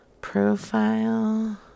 Profile